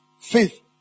Faith